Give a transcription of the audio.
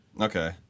Okay